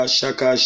Shaka